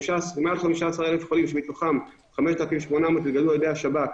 מעל 15,000 חולים שמתוכם 5,800 שהתגלו על ידי השב"כ,